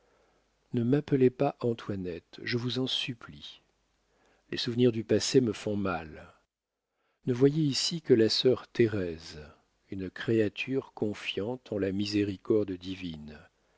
ne m'appelez pas antoinette je vous en supplie les souvenirs du passé me font mal ne voyez ici que la sœur thérèse une créature confiante en la miséricorde divine